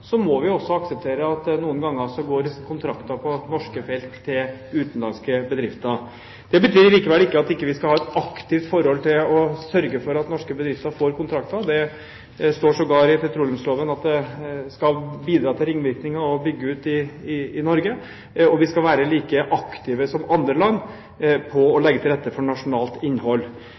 må vi også akseptere at noen ganger går kontrakter på norske felt til utenlandske bedrifter. Det betyr likevel ikke at vi ikke skal være aktive og sørge for at norske bedrifter får kontrakter. Det står sågar i petroleumsloven at det skal bidra til ringvirkninger å bygge ut i Norge. Vi skal være like aktive som andre land når det gjelder å legge til rette for nasjonalt innhold.